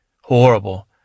horrible